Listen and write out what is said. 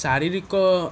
ଶାରୀରିକ